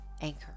anchor